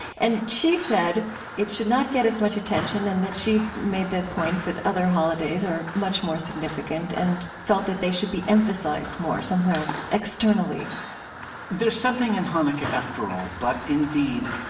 and she said it should not get as much attention and that she made the point that other holidays are much more significant and felt that they should be emphasized more somewhere externally there's something in hanukkah after all. but, indeed,